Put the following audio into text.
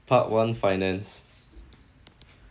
part one finance